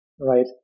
right